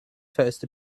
first